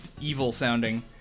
evil-sounding